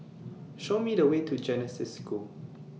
Show Me The Way to Genesis School